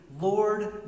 Lord